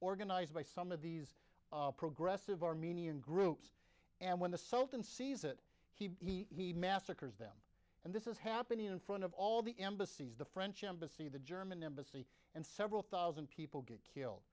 organized by some of these progressive armenian groups and when the sultan sees it he massacres them and this is happening in front of all the embassies the french embassy the german embassy and several thousand people get killed